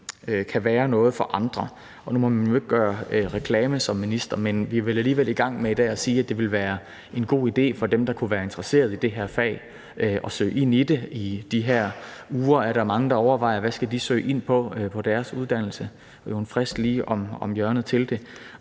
kan være noget for andre. Nu må man jo ikke gøre reklame som minister, men vi er vel alligevel i gang med det i forhold til at sige, at det ville være en god idé for dem, der kunne være interesseret i det her fag, at søge ind i det. I de her uger er der mange, der overvejer, hvad de skal søge ind på for en uddannelse; der er jo en frist lige om hjørnet til det.